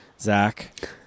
Zach